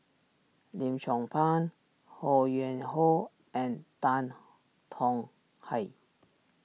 Lim Chong Pang Ho Yuen Hoe and Tan Tong Hye